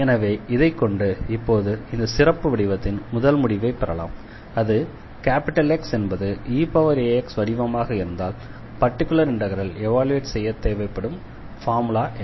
எனவே இதைக் கொண்டு இப்போது இந்த சிறப்பு வடிவத்தின் முதல் முடிவைப் பெறலாம் அது X என்பது eax வடிவமாக இருந்தால் பர்டிகுலர் இண்டெக்ரல் எவால்யுயேட் செய்ய தேவைப்படும் ஃபார்முலா என்ன